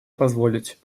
позволить